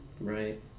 Right